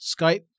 Skype